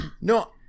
no